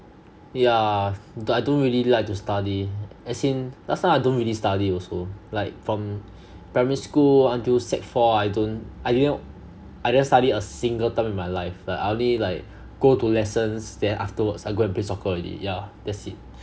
yeah I don't really like to study as in last time I don't really study also like from primary school until sec four I don't I didn't I didn't study a single time in my life like I only like go to lessons then afterwards I go and play soccer already yeah that's it